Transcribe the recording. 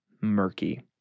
murky